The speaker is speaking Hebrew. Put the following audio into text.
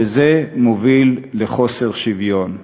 וזה מוביל לחוסר שוויון,